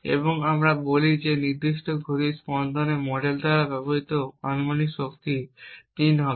এবং আমরা বলি যে এই নির্দিষ্ট ঘড়ির স্পন্দনে মডেল দ্বারা ব্যবহৃত অনুমানিক শক্তি 3 হবে